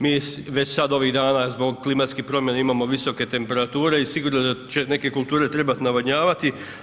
Mi već sad ovih dana zbog klimatskih promjena imamo visoke temperature i sigurno će neke kulture trebati navodnjavati.